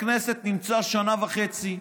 נמצא בכנסת שנה וחצי,